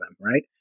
Right